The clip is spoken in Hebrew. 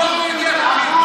גם רבנות.